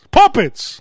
puppets